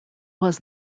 was